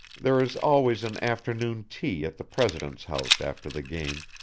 there is always an afternoon tea at the president's house after the game,